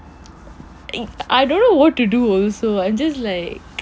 I don't know what to do so I'm just like